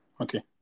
Okay